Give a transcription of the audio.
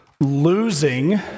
Losing